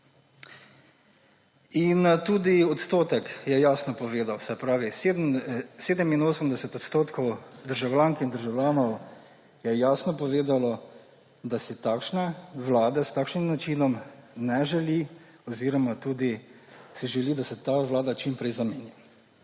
Tudi odstotek je jasno povedal, 87 % državljank in državljanov je jasno povedalo, da si vlade s takšnim načinom ne želi oziroma si želi, da se ta vlada čim prej zamenja.